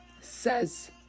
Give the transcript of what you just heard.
says